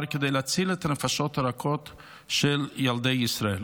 כדי להציל את הנפשות הרכות של ילדי ישראל.